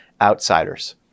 outsiders